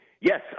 Yes